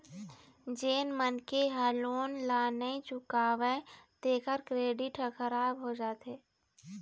जेन मनखे ह लोन ल नइ चुकावय तेखर क्रेडिट ह खराब हो जाथे